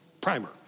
primer